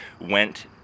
went